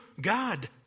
God